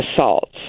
assaults